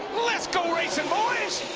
let's go racing, boys.